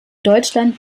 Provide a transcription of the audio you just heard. deutschland